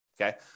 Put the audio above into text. okay